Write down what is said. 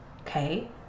Okay